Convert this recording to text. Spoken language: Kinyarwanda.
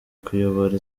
kuyobora